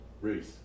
race